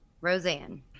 Roseanne